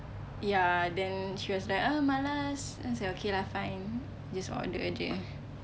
ya then she was like oh malas then I was like okay lah fine just order jer